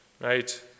right